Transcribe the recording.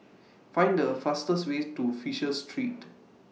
Find The fastest Way to Fisher Street